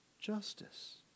justice